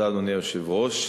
אדוני היושב-ראש,